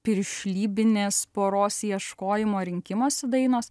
piršlybinės poros ieškojimo rinkimosi dainos